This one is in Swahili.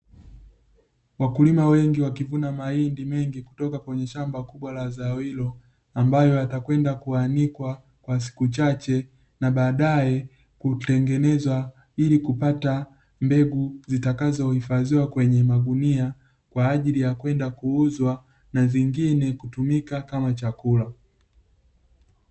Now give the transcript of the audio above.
Wakulima wengi wakivuna mahindi mengi kutoka kwenye shamba kubwa la zao hilo, ambayo yatakwenda kuanikwa kwa siku chache na baadaye kutengenezwa ili kupata mbegu zitakazohifadhiwa kwenye magunia, kwa ajili ya kwenda kuuzwa na nyingine kutumika kama chakula.